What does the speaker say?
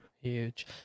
Huge